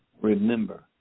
remember